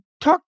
Talk